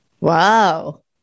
wow